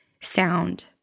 Sound